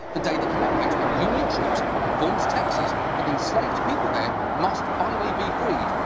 the day that commemorates when union troops informed texas that enslaved people there must finally be freed,